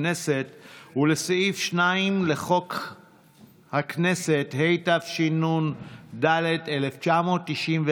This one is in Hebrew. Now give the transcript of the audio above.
הכנסת ולסעיף 2 לחוק הכנסת, התשנ"ד 1994,